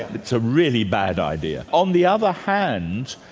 it's a really bad idea. on the other hand,